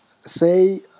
Say